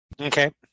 Okay